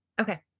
Okay